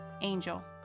Angel